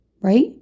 Right